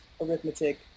arithmetic